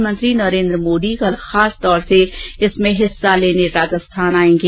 प्रधानमंत्री नरेन्द्र मोदी कल खासतौर से इसमें हिस्सा लेने राजस्थान आएंगे